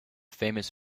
famous